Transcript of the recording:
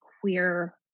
queer